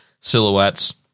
silhouettes